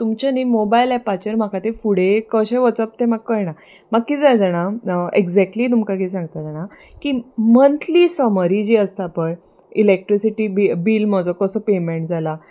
तुमचें न्ही मोबायल एपाचेर म्हाका ते फुडें कशें वचप तें म्हाका कळना म्हाका किद जाय जाणा एगक्जेक्टली तुमकां किदें सांगता जाणा की मंंतली समरी जी आसता पळय इलॅक्ट्रिसिटी बी बील म्हजो कसो पेमेंट जाला